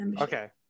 okay